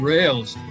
Rails